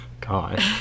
God